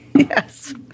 Yes